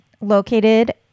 located